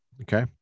Okay